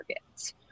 targets